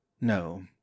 No